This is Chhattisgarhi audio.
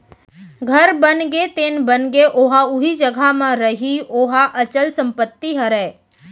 घर बनगे तेन बनगे ओहा उही जघा म रइही ओहा अंचल संपत्ति हरय